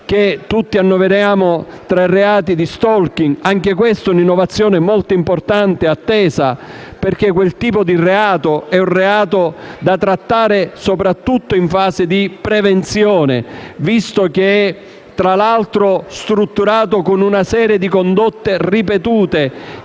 che tutti annoveriamo tra i reati di *stalking*. Anche questa è una innovazione molto importante e attesa, in quanto quel tipo di reato va affrontato soprattutto in fase di prevenzione, visto che, tra l'altro, esso è strutturato con una serie di condotte ripetute